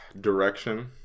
direction